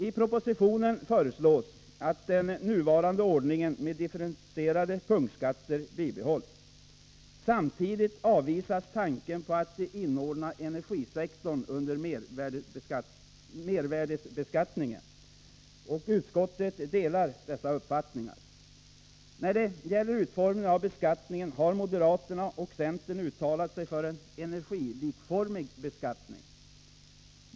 I propositionen föreslås att den nuvarande ordningen med differentierade punktskatter bibehålls. Samtidigt avvisas tanken på att inordna energisektorn under mervärdebeskattningen. Utskottet delar dessa uppfattningar. När det gäller utformningen av beskattningen har moderaterna och centern uttalat sig för en energilikformig beskattning.